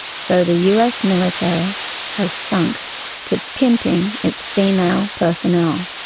so the us military has sunk to pimping its female personnel.